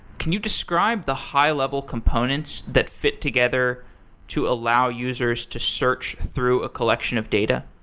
can you describe the high-level components that fit together to allow users to search through a collection of data?